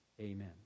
Amen